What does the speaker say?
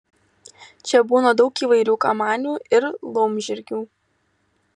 čia būna daug įvairių kamanių ir laumžirgių